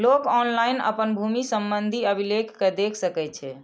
लोक ऑनलाइन अपन भूमि संबंधी अभिलेख कें देख सकै छै